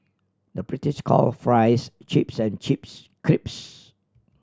the British calls fries chips and chips crisps